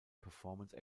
performance